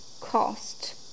cost